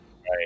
right